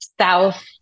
South